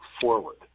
forward